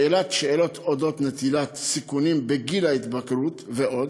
בשאלת שאלות אודות נטילת סיכונים בגיל ההתבגרות ועוד.